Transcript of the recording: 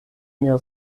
mia